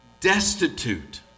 destitute